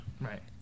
Right